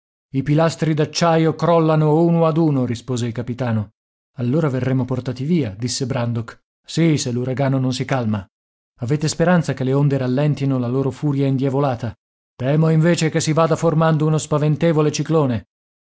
i pilastri d'acciaio crollano uno ad uno rispose il capitano allora verremo portati via disse brandok sì se l'uragano non si calma avete speranza che le onde rallentino la loro furia indiavolata temo invece che si vada formando uno spaventevole ciclone